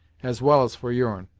as well as for your'n.